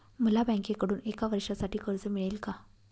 मला बँकेकडून एका वर्षासाठी कर्ज मिळेल का?